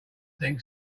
think